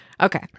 Okay